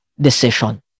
decision